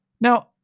now